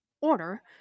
order